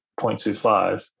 0.25